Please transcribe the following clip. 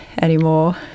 anymore